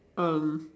um